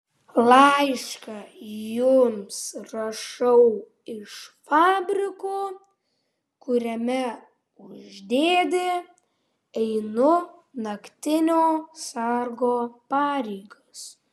laišką jums rašau iš fabriko kuriame už dėdę einu naktinio sargo pareigas